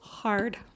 hard